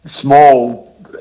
small